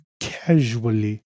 casually